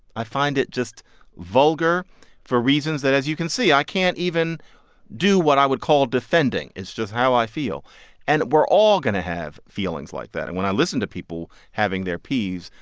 i find it just vulgar for reasons that as you can see i can't even do what i would call defending, it's just how i feel and we're all going to have feelings like that. and when i listen to people having their peeves,